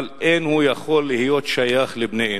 אין הוא יכול להיות שייך לבני-אנוש.